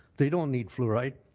they don't need fluoride.